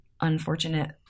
unfortunate